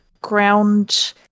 ground